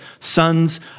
sons